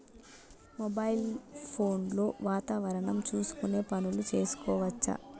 Mobile phone లో వాతావరణం చూసుకొని పనులు చేసుకోవచ్చా?